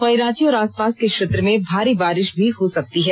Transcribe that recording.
वहीं रांची और आसपास के क्षेत्र में भारी बारिश भी हो सकती है